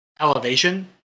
elevation